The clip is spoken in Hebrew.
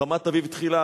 רמת-אביב תחילה,